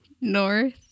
North